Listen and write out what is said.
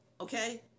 Okay